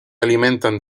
alimentan